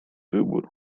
wybór